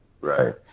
Right